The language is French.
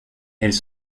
elles